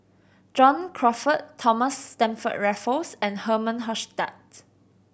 John Crawfurd Thomas Stamford Raffles and Herman Hochstadt